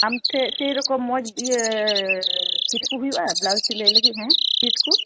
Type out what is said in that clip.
ᱟᱢ ᱴᱷᱮᱱ ᱥᱮᱨᱚᱠᱚᱢ ᱢᱚᱡᱽ ᱤᱭᱟᱹ ᱪᱷᱤᱴᱠᱚ ᱦᱩᱭᱩᱜᱼᱟ ᱵᱞᱟᱣᱩᱡ ᱥᱤᱞᱟᱹᱭ ᱞᱟᱹᱜᱤᱫ ᱦᱮᱸ ᱪᱷᱤᱴᱠᱚ